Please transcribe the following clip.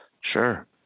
Sure